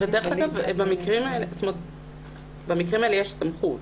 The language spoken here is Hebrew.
במקרים האלה יש סמכות.